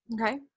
Okay